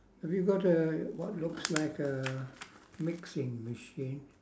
have you got a what looks like a mixing machine